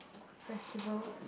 festival